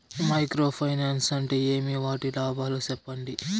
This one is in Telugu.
మైక్రో ఫైనాన్స్ అంటే ఏమి? వాటి లాభాలు సెప్పండి?